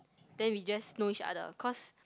then we just know each other cause